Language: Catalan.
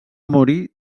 morir